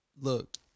look